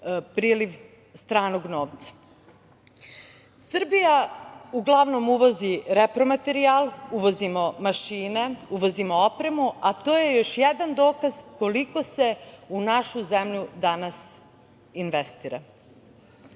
priliv stranog novca. Srbija uglavnom uvozi repromaterijal, uvozimo mašine, uvozimo opremu, a to je još jedan dokaz koliko se u našu zemlju danas investira. Kada